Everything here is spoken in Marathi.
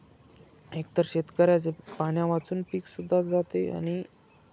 एकतर शेतकऱ्याचं पाण्यावाचून पीकसुद्धा जातं आहे आणि